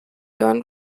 john